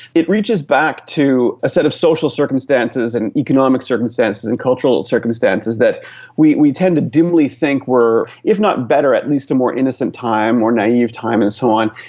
it reaches back to the ah set of social circumstances and economic circumstances and cultural circumstances that we we tend to dimly think were if not better, at least a more innocent time or naive time and so on,